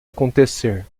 acontecer